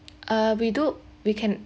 uh we do we can